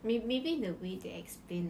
may~ maybe the way they explain